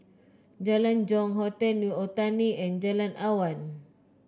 Jalan Jong Hotel New Otani and Jalan Awan